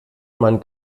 man